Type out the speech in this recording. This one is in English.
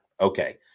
Okay